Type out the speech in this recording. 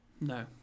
No